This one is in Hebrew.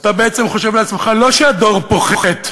אתה בעצם חושב לעצמך לא שהדור פוחת,